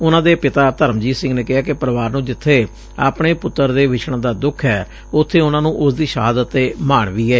ਉਨੂਾ ਦੇ ਪਿਤਾ ਧਰਮਜੀਤ ਸਿੰਘ ਨੇ ਕਿਹੈ ਕਿ ਪਰਿਵਾਰ ਨੂੰ ਜਿੱਬੇ ਆਪਣੇ ਪੁਤਰ ਦੇ ਵਿਛਤਨ ਦਾ ਦੁੱਖ ਐ ਉਬੇ ਉਨੂਾ ਨੂੰ ਉਸਦੀ ਸ਼ਹਾਦਤ ਤੇ ਮਾਣ ਵੀ ਏ